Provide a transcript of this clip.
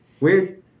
Weird